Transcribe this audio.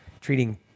treating